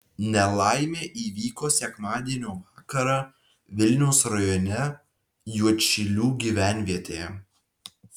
nelaimė įvyko sekmadienio vakarą vilniaus rajone juodšilių gyvenvietėje